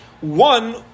One